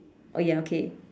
oh ya okay